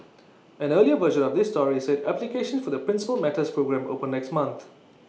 an earlier version of this story said applications for the Principal Matters programme open next month